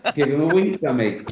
ah give him a weed gummy.